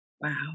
Wow